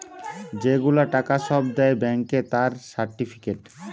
যে গুলা টাকা সব দেয় ব্যাংকে তার সার্টিফিকেট